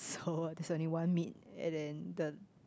so there's only one meat and then the